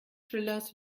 thrillers